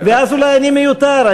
ואז אולי אני מיותר.